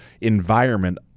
environment